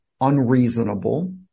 unreasonable